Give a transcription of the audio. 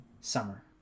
Summer